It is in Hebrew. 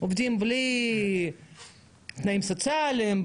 עובדים בלי תנאים סוציאליים,